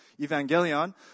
Evangelion